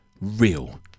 real